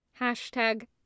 Hashtag